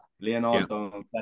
Leonardo